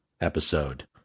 episode